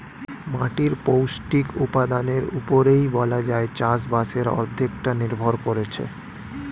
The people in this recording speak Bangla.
মাটির পৌষ্টিক উপাদানের উপরেই বলা যায় চাষবাসের অর্ধেকটা নির্ভর করছে